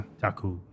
Taku